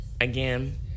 again